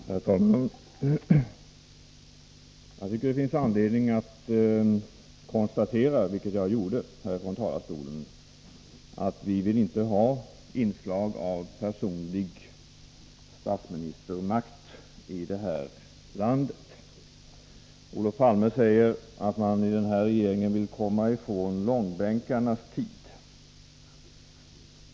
Herr talman! Jag tycker att det finns anledning att konstatera, vilket jag gjorde från talarstolen tidigare, att vi inte vill ha inslag av personlig statsministermakt i det här landet. Olof Palme säger att regeringen vill komma ifrån långbänkarnas tid.